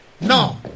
No